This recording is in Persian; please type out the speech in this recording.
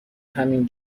همین